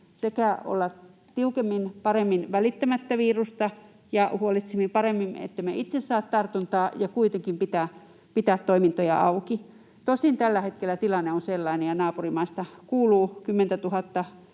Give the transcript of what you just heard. tavalla voisimme paremmin olla välittämättä virusta ja huolehtia paremmin, ettemme itse saa tartuntaa, ja kuitenkin pitää toimintoja auki. Tosin tällä hetkellä tilanne on sellainen — ja naapurimaasta kuuluu 10 000:ta